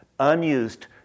unused